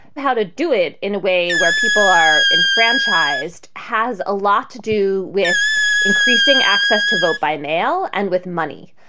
how to do it in a way where people are enfranchised has a lot to do with increasing access to vote by mail and with money,